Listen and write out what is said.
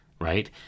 right